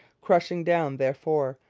crushing down, therefore,